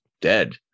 dead